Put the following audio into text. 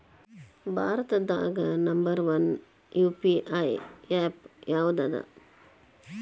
ಭಾರತದಾಗ number one UPI app ಯಾವದದ